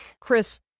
Chris